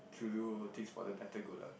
to do things for the better good lah